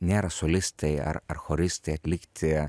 nėra solistai ar ar choristai atlikti